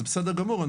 אבל